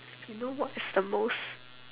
you know what's the most